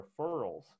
referrals